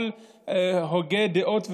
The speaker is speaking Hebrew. כל הוגי הדעות והרוח,